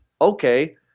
Okay